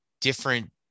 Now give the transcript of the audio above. different